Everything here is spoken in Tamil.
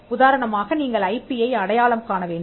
உதாரணமாக நீங்கள் ஐ பி யை அடையாளம் காண வேண்டும்